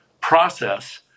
process